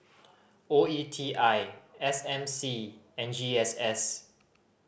O E T I S M C and G S S